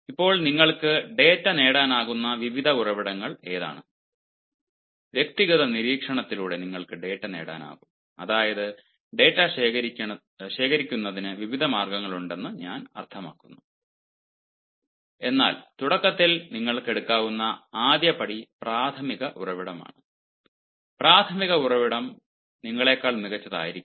ഇപ്പോൾ നിങ്ങൾക്ക് ഡാറ്റ നേടാനാകുന്ന വിവിധ ഉറവിടങ്ങൾ ഏതാണ് വ്യക്തിഗത നിരീക്ഷണത്തിലൂടെ നിങ്ങൾക്ക് ഡാറ്റ നേടാനാകും അതായത് ഡാറ്റ ശേഖരണത്തിന് വിവിധ മാർഗങ്ങളുണ്ടെന്ന് ഞാൻ അർത്ഥമാക്കുന്നു എന്നാൽ തുടക്കത്തിൽ നിങ്ങൾക്ക് എടുക്കാവുന്ന ആദ്യപടി പ്രാഥമിക ഉറവിടമാണ് പ്രാഥമിക ഉറവിടം നിങ്ങളേക്കാൾ മികച്ചതായിരിക്കില്ല